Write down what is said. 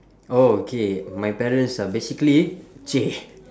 oh okay my parents are basically !chey!